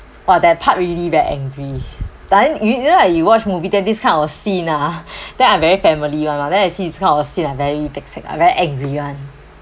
oh that part really very angry I think you you lah you watch movie then this kind of scene ah then I very family [one] mah then I see this kind of scene I very that's like I very angry [one]